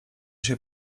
się